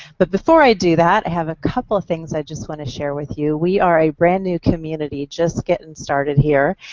but before i do that i have a couple things i just want to share with you. we are a brand new community just getting started here.